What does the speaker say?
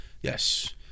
Yes